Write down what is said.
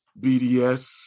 BDS